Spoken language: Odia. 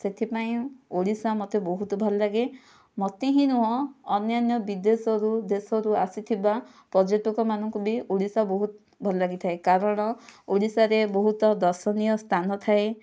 ସେଥିପାଇଁ ଓଡ଼ିଶା ମୋତେ ବହୁତ ଭଲ ଲାଗେ ମୋତେ ହିଁ ନୁହେଁ ଅନ୍ୟାନ୍ୟ ବିଦେଶରୁ ଦେଶରୁ ଆସିଥିବା ପର୍ଯ୍ୟଟକ ମାନଙ୍କୁ ବି ଓଡ଼ିଶା ବହୁତ ଭଲ ଲାଗିଥାଏ କାରଣ ଓଡ଼ିଶାରେ ବହୁତ ଦର୍ଶନୀୟ ସ୍ଥାନ ଥାଏ